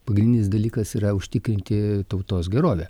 pagrindinis dalykas yra užtikrinti tautos gerovę